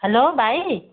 hello भाइ